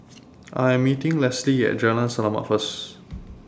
I Am meeting Leslee At Jalan Selamat First